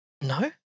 No